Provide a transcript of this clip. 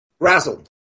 Razzled